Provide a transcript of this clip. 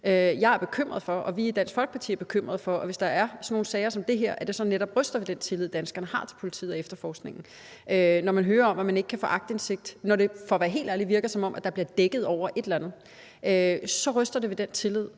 Jeg er bekymret for, og vi i Dansk Folkeparti er bekymrede for, at hvis der er sådan nogle sager som dem her, så kan det netop ryste ved den tillid, som danskerne har til politiet og efterforskningen. Når man hører om, at man ikke kan få aktindsigt, og når det for at være helt ærlig virker, som om der bliver dækket over et eller andet, så ryster det ved den tillid,